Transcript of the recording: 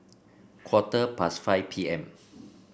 quarter past five P M